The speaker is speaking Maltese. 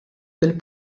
bil